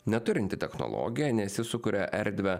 neturinti technologija nes jis sukuria erdvę